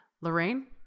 Lorraine